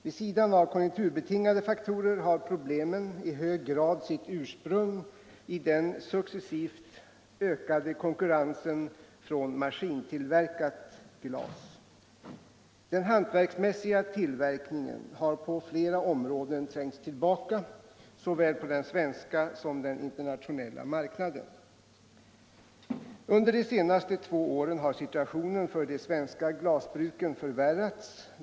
Vid sidan av konjunkturbetingade faktorer har problemen i hög grad sitt ursprung i den successivt ökade konkurrensen från maskintillverkat glas. Den hantverksmässiga tillverkningen har på flera områden trängts tillbaka, såväl på den svenska som på den internationella marknaden. Under de senaste två åren har situationen för de svenska glasbruken förvärrats.